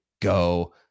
go